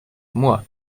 moi